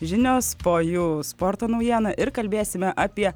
žinios po jų sporto naujiena ir kalbėsime apie